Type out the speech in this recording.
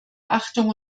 achtung